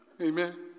Amen